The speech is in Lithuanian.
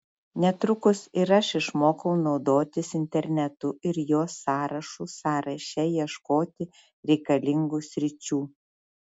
netrukus ir aš išmokau naudotis internetu ir jo sąrašų sąraše ieškoti reikalingų sričių